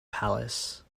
palace